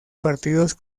partidos